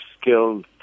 skilled